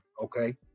Okay